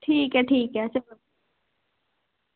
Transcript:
ठीक ऐ ठीक ऐ चलो